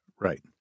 Right